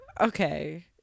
Okay